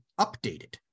updated